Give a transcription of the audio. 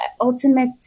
ultimate